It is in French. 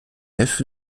nef